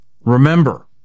Remember